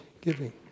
giving